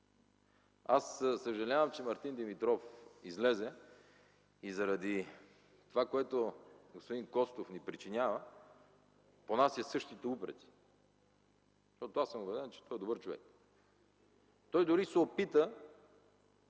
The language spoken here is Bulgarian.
Аз съжалявам, че Мартин Димитров излезе. Заради това, което господин Костов ни причинява, понася същите упреци, защото аз съм убеден, че той е добър човек. Дори се опита